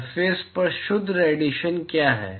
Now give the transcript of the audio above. surface पर शुद्ध radiation क्या है